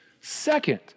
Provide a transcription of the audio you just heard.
Second